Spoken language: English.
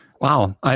Wow